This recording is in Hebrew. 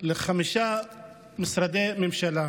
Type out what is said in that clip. לחמישה משרדי ממשלה: